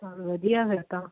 ਚੱਲ ਵਧੀਆ ਫਿਰ ਤਾਂ